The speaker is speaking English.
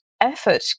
effort